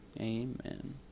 amen